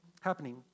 happening